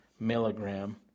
milligram